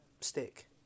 stick